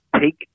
Take